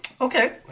okay